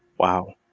wow.